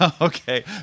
Okay